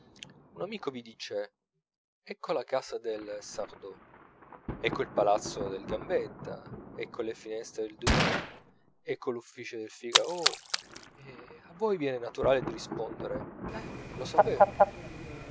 un amico vi dice ecco la casa del sardou ecco il palazzo del gambetta ecco le finestre del dumas ecco l'ufficio del figaro e a voi vien naturale di rispondere eh lo sapevo